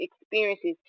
experiences